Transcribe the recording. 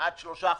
כמעט שלושה חודשים,